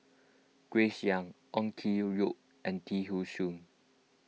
Grace Young Ong Keng Yong and Lim thean Soo